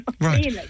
Right